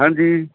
ਹਾਂਜੀ